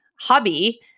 hobby